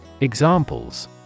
Examples